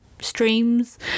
streams